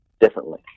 differently